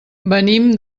venim